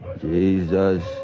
Jesus